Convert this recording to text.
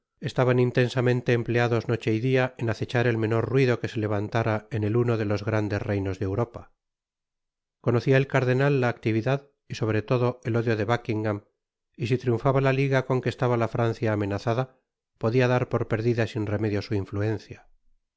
estaban intensamente empleados noche y dia en acechar el menor ruido que se levantara en el uno de los grandes reinos de europa conocia el cardenal la actividad y sobre todo el odio de buckidgam y si triunfaba la liga con que estaba la francia amenazada podia dar por perdida sin remedio su influencia la